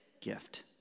gift